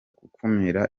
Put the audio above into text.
gukumira